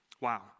Wow